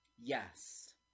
Yes